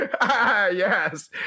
Yes